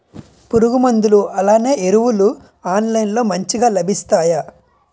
పురుగు మందులు అలానే ఎరువులు ఆన్లైన్ లో మంచిగా లభిస్తాయ?